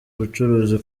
abacuruzi